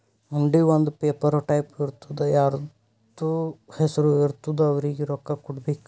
ಹುಂಡಿ ಒಂದ್ paper type ಇರ್ತುದಾ ಯಾರ್ದು ಹೆಸರು ಇರ್ತುದ್ ಅವ್ರಿಗ ರೊಕ್ಕಾ ಕೊಡ್ಬೇಕ್